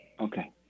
Okay